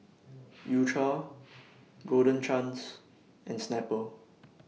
U Cha Golden Chance and Snapple